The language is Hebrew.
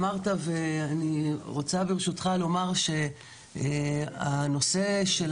אמרת ואני רוצה ברשותך לומר שהנושא של